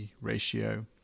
ratio